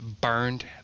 burned